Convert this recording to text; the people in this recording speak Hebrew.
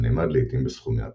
הנאמד לעיתים בסכומי עתק.